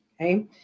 okay